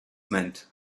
meant